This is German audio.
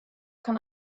kann